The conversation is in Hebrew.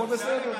הכול בסדר.